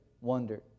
wondered